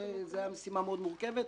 שזו הייתה משימה מאוד מורכבת.